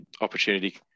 opportunity